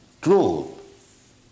truth